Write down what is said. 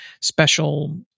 special